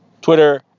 Twitter